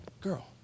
girl